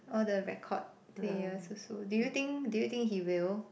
all the record players also do you think do you think he will